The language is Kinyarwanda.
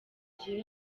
gihe